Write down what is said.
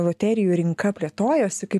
loterijų rinka plėtojosi kaip